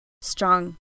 strong